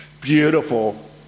beautiful